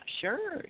sure